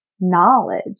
knowledge